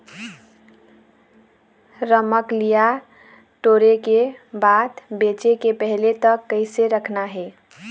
रमकलिया टोरे के बाद बेंचे के पहले तक कइसे रखना हे?